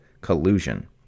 collusion